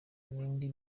n’indi